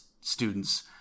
students